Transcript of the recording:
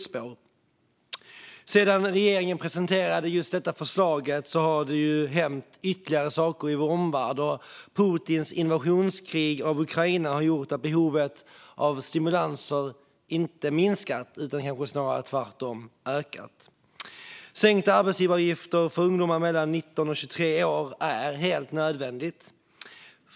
Sedan regeringen presenterade detta förslag har det hänt ytterligare saker i vår omvärld, och Putins invasionskrig i Ukraina har gjort att behovet av stimulanser snarare ökat än minskat. Sänkt arbetsgivaravgift för ungdomar mellan 19 och 23 år är helt nödvändigt.